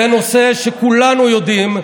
זה נושא שכולנו יודעים,